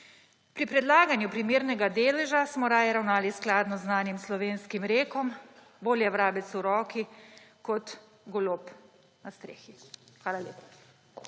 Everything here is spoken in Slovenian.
Pri predlaganju primernega deleža smo raje ravnali skladno z znanim slovenskim rekom Bolje vrabec v roki kot golob na strehi. Hvala lepa.